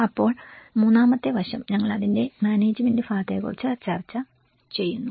അപ്പോൾ മൂന്നാമത്തെ വശം ഞങ്ങൾ അതിന്റെ മാനേജ്മെന്റ് ഭാഗത്തെക്കുറിച്ച് ചർച്ച ചെയ്യുന്നു